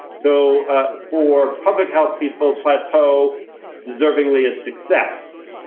so for public health people, plateau deservingly is success.